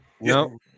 No